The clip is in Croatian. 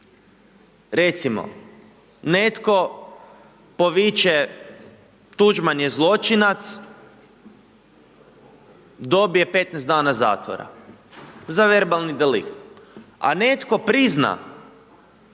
recimo, netko poviče Tuđman je zločinac, dobije 15 dana zatvora za verbalni delikt, a netko prizna